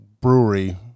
brewery